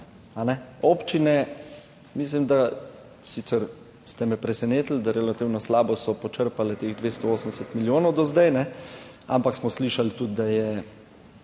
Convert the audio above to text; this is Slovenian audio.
Občine, mislim da, sicer ste me presenetili, da relativno slabo so počrpale teh 280 milijonov do zdaj, ampak smo slišali tudi, da je